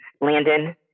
Landon